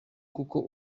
kuko